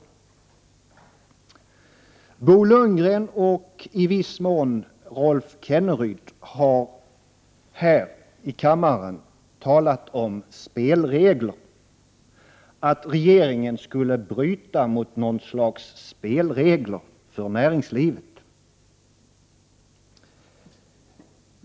125 Bo Lundgren och i viss mån Rolf Kenneryd har här i kammaren talat om att regeringen skulle bryta mot något slags spelregler för näringslivet.